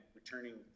returning